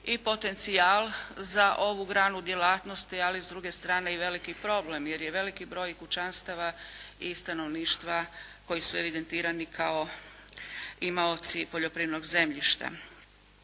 i potencijal za ovu granu djelatnosti, ali s druge strane i veliki problem, jer je i veliki broj kućanstava i stanovništva koji su evidentirani kao imaoci poljoprivrednog zemljišta.